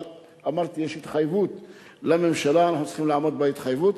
אבל אמרתי: יש התחייבות לממשלה ואנחנו צריכים לעמוד בהתחייבות.